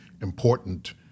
important